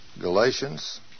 Galatians